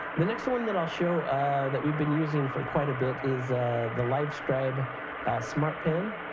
the next one that i'll show that we've been using for quite a bit is the livescribe smart pen.